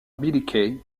billy